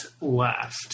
left